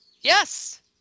yes